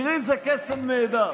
תראי איזה קסם נהדר.